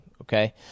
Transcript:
okay